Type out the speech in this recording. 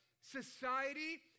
society